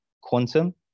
quantum